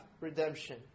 redemption